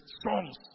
songs